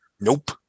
Nope